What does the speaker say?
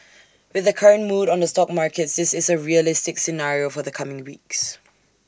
with the current mood on the stock markets this is A realistic scenario for the coming weeks